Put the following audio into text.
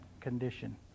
condition